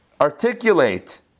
articulate